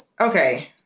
Okay